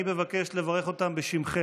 אני מבקש לברך אותם בשמכם.